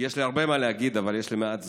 כי יש לי הרבה מה להגיד אבל יש לי מעט זמן,